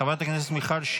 חבר הכנסת סגלוביץ'